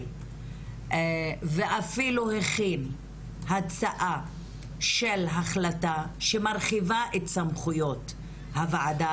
ואפילו הכין הצעה של החלטה שמרחיבה את סמכויות הוועדה,